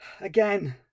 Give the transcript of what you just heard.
Again